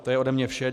To je ode mne vše.